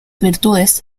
virtudes